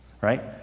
Right